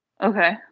Okay